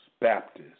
Baptists